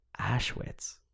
ashwitz